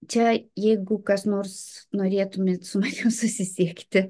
čia jeigu kas nors norėtumėt su susisiekti